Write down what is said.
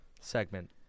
segment